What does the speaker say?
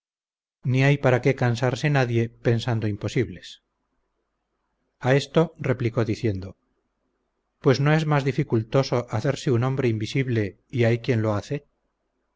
ni hay para qué cansarse nadie pensando imposibles a esto replicó diciendo pues no es más dificultoso hacerse un hombre invisible y hay quien lo hace